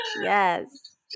Yes